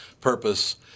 Purpose